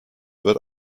wird